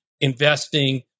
investing